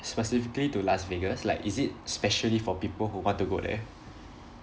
specifically to las vegas like is it specially for people who want to go there